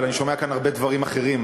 אבל אני שומע כאן הרבה דברים אחרים.